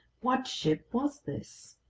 what ship was this?